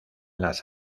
las